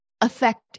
affect